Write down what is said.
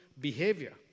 behavior